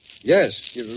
Yes